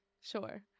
Sure